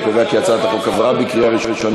אני קובע כי הצעת החוק עברה בקריאה ראשונה